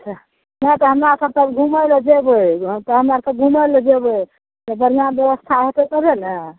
नहि तऽ हमरा सब फेर घुमैला जेबै तऽ हम आर सब घुमैले जेबै बढ़िआँ व्यवस्था होयतै तबे ने